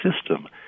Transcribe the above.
system